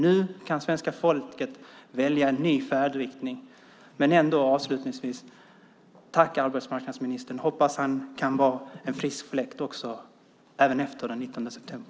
Nu kan svenska folket välja en ny färdriktning. Avslutningsvis vill jag säga: Tack, arbetsmarknadsministern! Hoppas att han kan vara en frisk fläkt även efter den 19 september.